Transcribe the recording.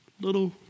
little